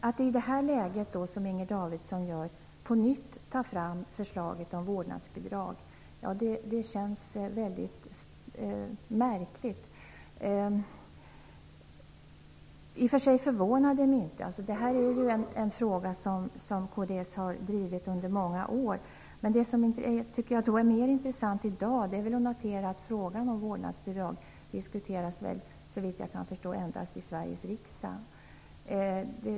Att i det här läget, som Inger Davidson gör, på nytt ta fram förslaget om vårdnadsbidrag är väldigt märkligt. I och för sig förvånar det mig inte, för det är en fråga som kds har drivit under många år. Men vad som är mer intressant att notera i dag är att frågan om vårdnadsbidrag, såvitt jag förstår, endast diskuteras i Sveriges riksdag.